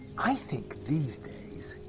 i think these days,